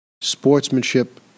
sportsmanship